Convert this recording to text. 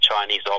Chinese